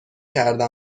کرده